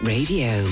Radio